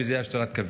שזה השתלת כבד.